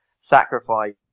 sacrifice